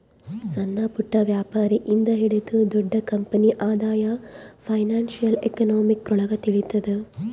ಸಣ್ಣಪುಟ್ಟ ವ್ಯಾಪಾರಿ ಇಂದ ಹಿಡಿದು ದೊಡ್ಡ ಕಂಪನಿ ಆದಾಯ ಫೈನಾನ್ಶಿಯಲ್ ಎಕನಾಮಿಕ್ರೊಳಗ ತಿಳಿತದ